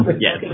Yes